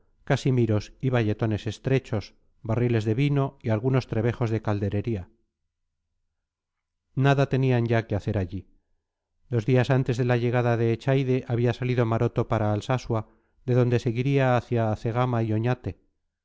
casimiros y bayetones estrechos barriles de vino y algunos trebejos de calderería nada tenían ya que hacer allí dos días antes de la llegada de echaide había salido maroto para alsasua de donde seguiría hacia cegama y oñate